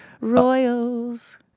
Royals